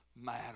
matter